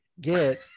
Get